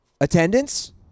attendance